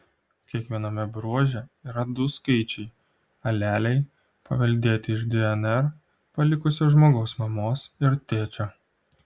kiekviename bruože yra du skaičiai aleliai paveldėti iš dnr palikusio žmogaus mamos ir tėčio